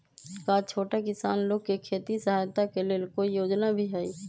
का छोटा किसान लोग के खेती सहायता के लेंल कोई योजना भी हई?